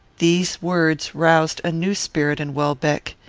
these words roused a new spirit in welbeck.